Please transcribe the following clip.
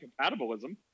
compatibilism